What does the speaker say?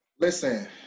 Listen